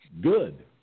Good